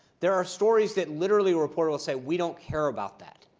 there are stories that literally a reporter will say, we don't care about that.